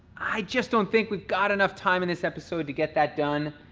i just don't think we've got enough time in this episode to get that done.